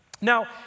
Now